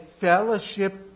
fellowship